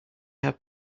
have